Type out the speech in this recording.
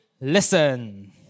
Listen